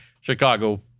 Chicago